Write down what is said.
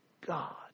God